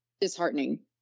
disheartening